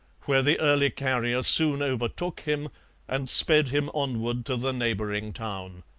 where the early carrier soon overtook him and sped him onward to the neighbouring town.